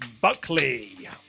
Buckley